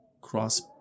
cross